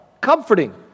comforting